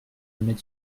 remède